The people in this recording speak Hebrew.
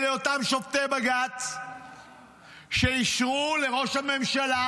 אלה אותם שופטי בג"ץ שאישרו לראש הממשלה